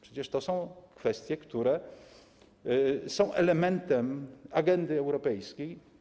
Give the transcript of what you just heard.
Przecież to są kwestie, które są elementem agendy europejskiej.